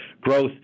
growth